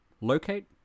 locate